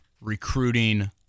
recruiting